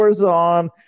on